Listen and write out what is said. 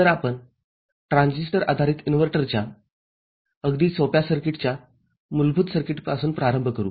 तरआपण ट्रान्झिस्टर आधारित इन्व्हर्टरच्या अगदी सोप्या सर्किटच्या मूलभूत सर्किटपासून प्रारंभ करू